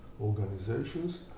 organizations